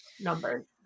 numbers